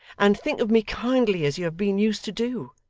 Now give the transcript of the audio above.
and think of me kindly as you have been used to do.